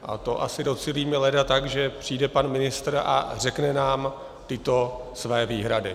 A toho asi docílíme leda tak, že přijde pan ministr a řekne nám tyto své výhrady.